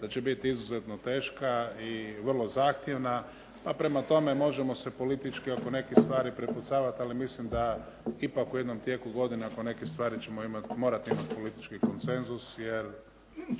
da će biti izuzetno teška i vrlo zahtjevna, pa prema tome možemo se politički oko nekih stvari prepucavati, ali mislim da ipak u jednom tijeku godine oko nekih stvari ćemo morati imati politički konsenzus jer